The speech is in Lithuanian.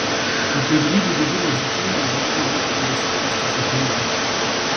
apie grybų dygimą dzūkijoje galima būtų parašyti ištisą knygą